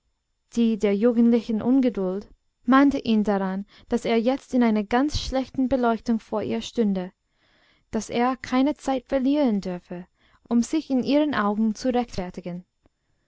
die der jugendlichen ungeduld mahnte ihn daran daß er jetzt in einer ganz schlechten beleuchtung vor ihr stünde daß er keine zeit verlieren dürfe um sich in ihren augen zu rechtfertigen